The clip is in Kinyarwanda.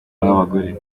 abagore